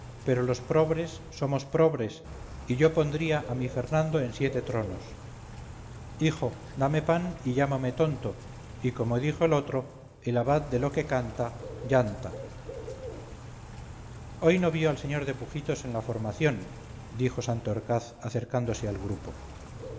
pero los probres somos probres y yo pondría a mi fernando en siete tronos hijo dame pan y llámame tonto y como dijo el otro el abad de lo que canta yanta hoy no vi al señor de pujitos en la formación dijo santorcaz acercándose al grupo